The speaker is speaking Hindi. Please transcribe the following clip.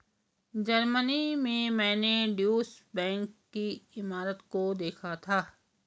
जर्मनी में मैंने ड्यूश बैंक की इमारत को देखा था